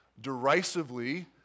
derisively